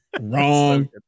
Wrong